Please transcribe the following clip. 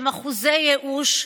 כשהם אחוזי ייאוש,